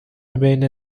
بین